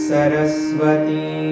Saraswati